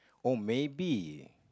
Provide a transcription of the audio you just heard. oh maybe